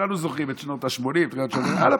כולנו זוכרים את שנות השמונים, על הפנים.